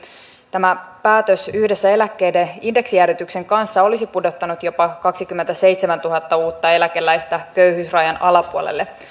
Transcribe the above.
tämä päätös yhdessä eläkkeiden indeksijäädytyksen kanssa olisi pudottanut jopa kaksikymmentäseitsemäntuhatta uutta eläkeläistä köyhyysrajan alapuolelle